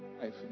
life